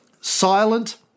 silent